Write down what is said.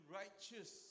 righteous